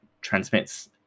transmits